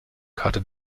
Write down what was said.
karte